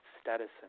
status